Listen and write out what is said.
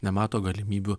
nemato galimybių